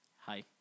Hi